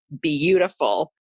beautiful